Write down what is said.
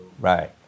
Right